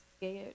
scared